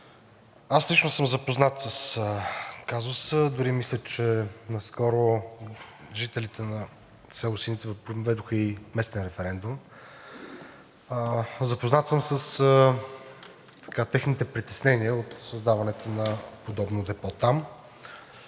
аз лично съм запознат с казуса, дори мисля, че наскоро жителите на село Синитово проведоха и местен референдум. Запознат съм с техните притеснения от създаването на подобно депо там,